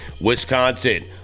Wisconsin